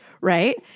right